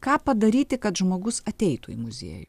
ką padaryti kad žmogus ateitų į muziejų